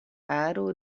aro